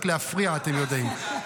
רק להפריע אתם יודעים.